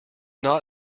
not